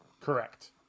Correct